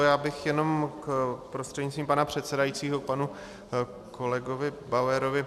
Já bych jenom prostřednictvím pana předsedajícího k panu kolegovi Bauerovi.